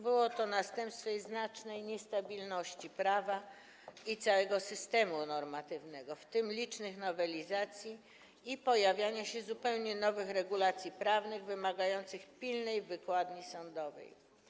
Było to następstwem znacznej niestabilności prawa i całego systemu normatywnego, w tym licznych nowelizacji i pojawiania się zupełnie nowych regulacji prawnych, wymagających pilnej wykładni sądowej.